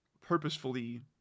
purposefully